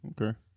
Okay